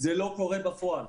זה לא קורה בפועל.